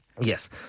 Yes